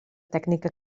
tècnica